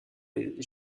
les